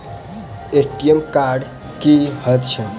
ATM card की हएत छै?